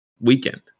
weekend